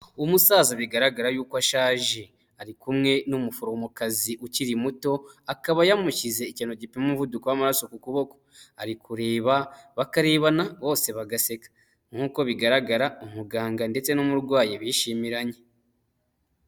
Umusaza bigaragara yuko ashaje, ari kumwe n'umuforomokazi ukiri muto, akaba yamushyize ikintu gituma umuvuduko w'amaraso ku kuboko. Ari kureba, bakarebana, bose bagaseka. Nk'uko bigaragara, umuganga ndetse n'umurwayi bishimiranye.